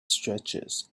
stretches